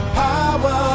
power